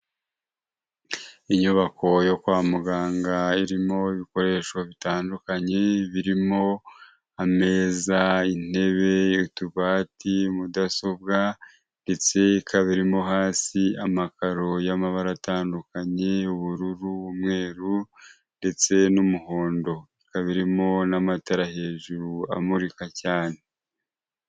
Inyubako yo kwa muganga irimo ibikoresho bitandukanye, birimo ameza, intebe, utubati, mudasobwa ndetse ikaba irimo hasi amakaro y'amabara atandukanye, ubururu, umweru ndetse n'umuhondo. Ikaba irimo n'amatara hejuru amurika cyane.